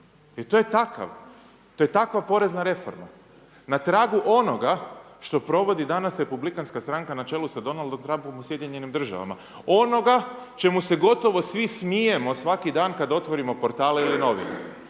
Jer to je takva porezna reforma, na tragu onoga što provodi danas republikanska stranka na čelu sa Donaldom Trumpom u SAD-u, onoga čemu se gotovo svi smijemo svaki dan kad otvorimo portale ili novine.